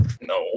No